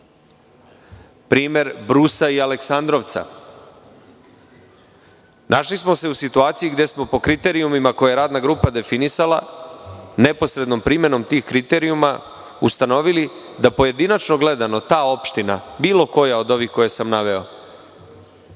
primer Brusa i Aleksandrovca. Našli smo se u situaciji, gde smo po kriterijumima koje je radna grupa definisala neposrednom primenom tih kriterijuma ustanovili da pojedinačno gledano ta opština, bilo koja od ovih koje sam naveo,